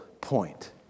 point